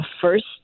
first